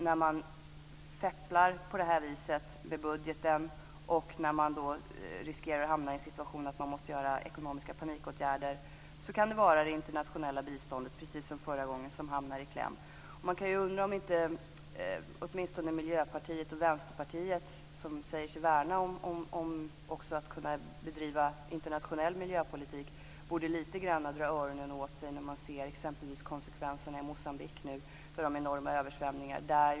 När man "fepplar" med budgeten och när man riskerar att hamna i en situation med ekonomiska panikåtgärder kan det vara det internationella biståndet som, precis som förra gången, hamnar i kläm. Man kan undra om inte åtminstone Miljöpartiet och Vänsterpartiet, som säger sig värna om att bedriva internationell miljöpolitik, borde lite grann dra öronen åt sig när man nu ser konsekvenserna i Moçambique med enorma översvämningar.